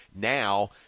Now